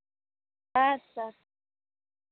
اَدٕ سا